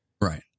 right